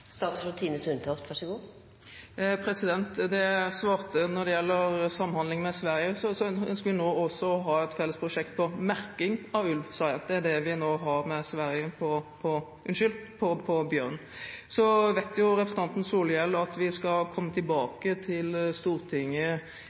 Det jeg svarte når det gjelder samhandling med Sverige, er at vi ønsker å ha et felles prosjekt med merking av bjørn. Det er det vi nå har med Sverige. Så vet representanten Solhjell at vi skal komme tilbake til Stortinget